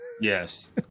Yes